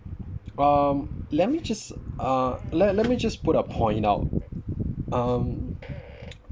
um let me just uh let let me just put a point out um